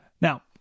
Now